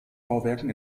bauwerken